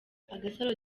agasaro